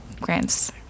grants